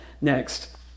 next